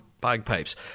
bagpipes